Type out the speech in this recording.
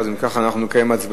אם כך, אנחנו נקיים הצבעה.